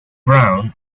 brown